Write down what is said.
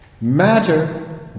Matter